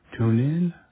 TuneIn